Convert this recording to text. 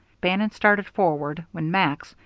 bannon started forward, when max,